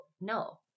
no